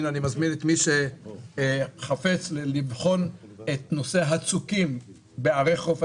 אני מזמין את מי שחפץ לבחון את נושא הצוקים בערי חוף.